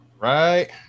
Right